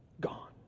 Gone